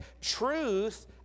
truth